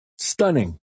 Stunning